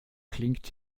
klingt